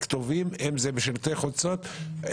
בשלטי חוצות,